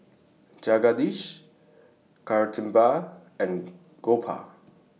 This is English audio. Jagadish Kasturba and Gopal